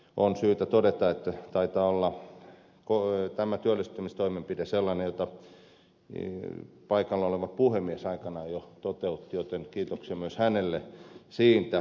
on syytä todeta että tämä työllistämistoimenpide taitaa olla sellainen jota paikalla oleva puhemies jo ministeriaikanaan toteutti joten kiitoksia myös hänelle siitä